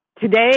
today